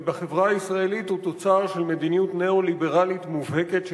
ובחברה הישראלית הוא תוצר של מדיניות ניאו-ליברלית מובהקת,